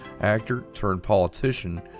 actor-turned-politician